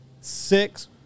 six